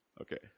Okay